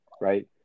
right